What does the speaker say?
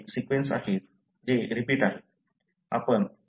आपल्याकडे सीक्वेन्स आहेत जे रिपीट आहेत